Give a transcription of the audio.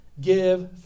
give